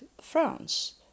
France